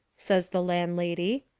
says the land lady.